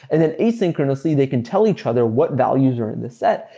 and then asynchronously they can tell each other what values are in the set.